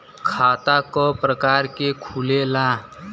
खाता क प्रकार के खुलेला?